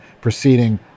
proceeding